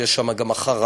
שיש שם גם את "אחריי!"